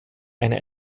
eine